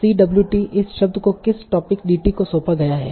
Cwt इस शब्द को किस टोपिक dt को सौंपा गया है